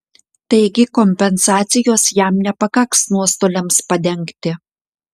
taigi kompensacijos jam nepakaks nuostoliams padengti